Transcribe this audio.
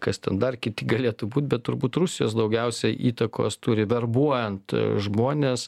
kas ten dar kiti galėtų būt bet turbūt rusijos daugiausiai įtakos turi verbuojant žmones